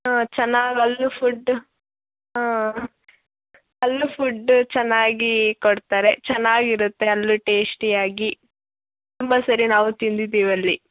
ಹಾಂ ಚೆನ್ನಾಗಿ ಅಲ್ಲೂ ಫುಡ್ ಹಾಂ ಅಲ್ಲೂ ಫುಡ್ ಚೆನ್ನಾಗಿ ಕೊಡ್ತಾರೆ ಚೆನ್ನಾಗಿರುತ್ತೆ ಅಲ್ಲೂ ಟೇಸ್ಟಿಯಾಗಿ ತುಂಬ ಸರಿ ನಾವು ತಿಂದಿದ್ದೀವಿ ಅಲ್ಲಿ